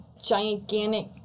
gigantic